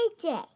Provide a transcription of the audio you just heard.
day